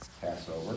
Passover